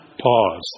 pause